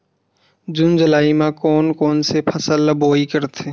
जून जुलाई म कोन कौन से फसल ल बोआई करथे?